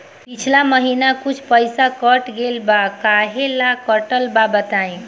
पिछला महीना कुछ पइसा कट गेल बा कहेला कटल बा बताईं?